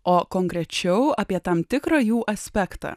o konkrečiau apie tam tikrą jų aspektą